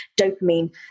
dopamine